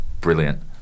brilliant